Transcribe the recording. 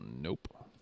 Nope